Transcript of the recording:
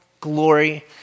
glory